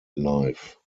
life